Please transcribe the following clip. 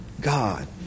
God